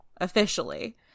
officially